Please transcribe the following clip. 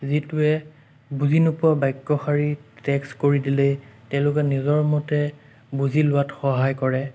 যিটোৱে বুজি নোপোৱা বাক্যশাৰী টেক্স কৰি দিলেই তেওঁলোকে নিজৰ মতে বুজি লোৱাত সহায় কৰে